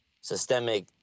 systemic